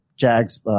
Jags